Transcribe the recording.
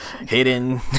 Hidden